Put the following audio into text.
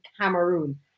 Cameroon